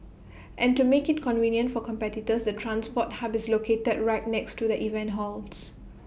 and to make IT convenient for competitors the transport hub is located right next to the event halls